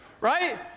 Right